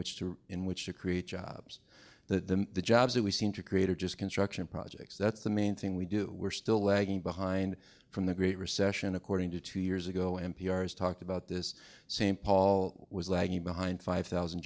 which to in which to create jobs the jobs that we seem to create are just construction projects that's the main thing we do we're still lagging behind from the great recession according to two years ago n p r s talked about this same paul was lagging behind five thousand